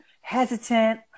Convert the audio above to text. hesitant